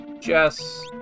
Jess